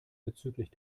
bezüglich